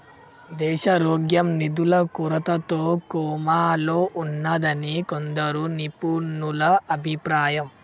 దేశారోగ్యం నిధుల కొరతతో కోమాలో ఉన్నాదని కొందరు నిపుణుల అభిప్రాయం